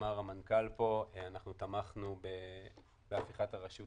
אמר כאן המנכ"ל, אנחנו תמכנו בהפיכת הרשות